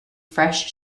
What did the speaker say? fresh